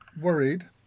Worried